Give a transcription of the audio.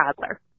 toddler